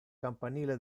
campanile